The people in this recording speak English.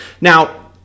Now